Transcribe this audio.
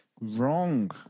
Wrong